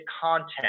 content